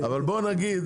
אבל בוא נגיד,